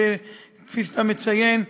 כפי שאתה מציין,